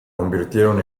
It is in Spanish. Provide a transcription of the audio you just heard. convirtieron